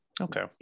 okay